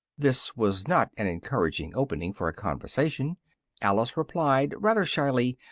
this was not an encouraging opening for a conversation alice replied rather shyly,